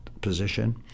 position